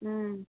ம்